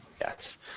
Yes